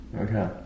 okay